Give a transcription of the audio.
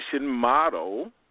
model